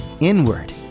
inward